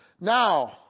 Now